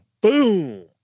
boom